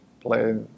play